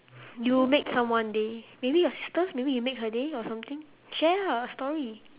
you made someone day maybe your sisters maybe you make her day or something share ah a story